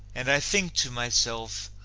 and i think to myself,